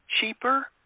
Cheaper